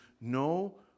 no